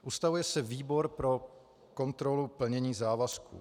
Ustavuje se Výbor pro kontrolu plnění závazků.